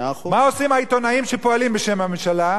מה עושים העיתונאים שפועלים בשם הממשלה?